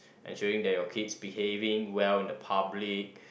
ensuring that your kids behaving well in the public